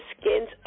skin's